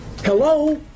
hello